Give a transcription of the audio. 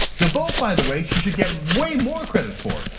the vote by the way, she should get and way more credit for.